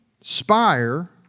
spire